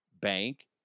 bank